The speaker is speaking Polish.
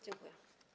Dziękuję.